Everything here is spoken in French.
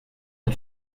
ont